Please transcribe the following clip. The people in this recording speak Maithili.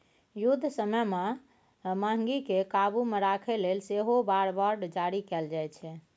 युद्ध समय मे महगीकेँ काबु मे राखय लेल सेहो वॉर बॉड जारी कएल जाइ छै